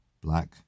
black